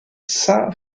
saint